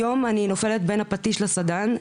היום אני נופלת בין הפטיש לסדן,